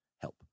help